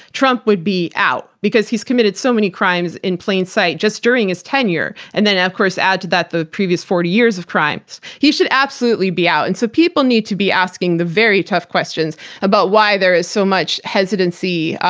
trump would be out because he's committed so many crimes in plain sight just during his tenure, and then of course add to that the previous forty years of crimes. he should absolutely be out and so people need to be asking the very tough questions about why there is so much hesitancy,